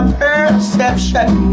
perception